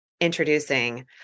introducing